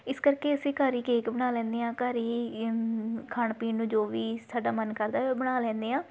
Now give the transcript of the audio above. ਇਸ ਕਰਕੇ ਅਸੀਂ ਘਰ ਹੀ ਕੇਕ ਬਣਾ ਲੈਂਦੇ ਹਾਂ ਘਰ ਹੀ ਖਾਣ ਪੀਣ ਨੂੰ ਜੋ ਵੀ ਸਾਡਾ ਮਨ ਕਰਦਾ ਹੈ ਉਹ ਬਣਾ ਲੈਂਦੇ ਹਾਂ